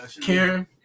Karen